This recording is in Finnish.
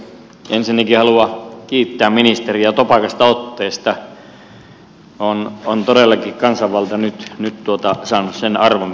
ensinnäkin haluan kiittää ministeriä topakasta otteesta on todellakin kansanvalta nyt saanut sen arvon mikä sille kuuluu